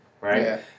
right